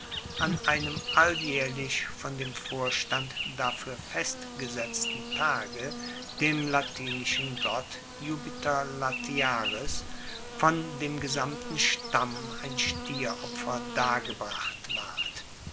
an einem alljaehrlich von dem vorstand dafuer fest gesetzten tage dem latinischen gott iuppiter latiaris von dem gesamten stamm ein stieropfer dargebracht ward